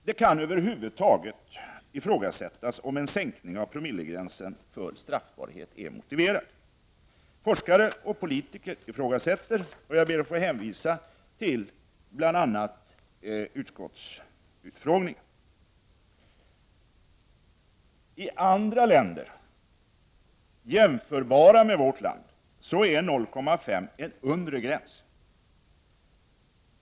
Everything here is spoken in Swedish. Det kan över huvud taget ifrågasättas om en sänkning av promillegränsen för straffbarhet är motiverad. Forskare och politiker ifrågasätter detta. Jag ber att få hänvisa till bl.a. utskottsutfrågningen. I andra länder, jämförbara med vårt land, är 0,5 en undre gräns.